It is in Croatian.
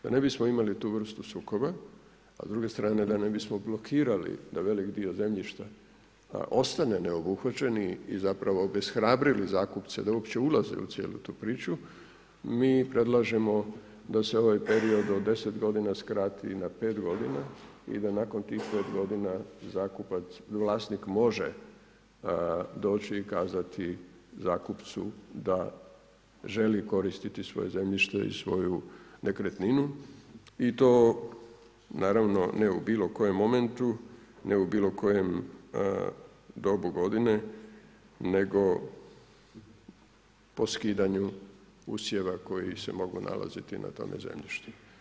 Da ne bismo imali tu vrstu sukoba, a s druge strane da ne bismo blokirali taj velik dio zemljišta a ostane neobuhvaćeni i zapravo obeshrabrili zakupce da uopće ulaze u cijelu tu priču, mi predlažemo da se ovaj period od 10 godina skrati na 5 godina i da nakon tih 5 godina zakupa vlasnik može doći i kazati zakupcu da želi koristiti svoje zemljište i svoju nekretninu i to naravno, ne u bilo kojem momentu, ne u bilo kojem dobu godine, nego, po stiganju usjeva, koji se mogu nalaziti na tome zemljištu.